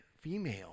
female